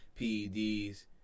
PEDs